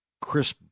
Chris